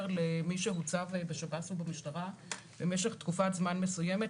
למי שהוצב בשב"ס או במשטרה במשך תקופת זמן מסוימת,